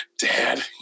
dad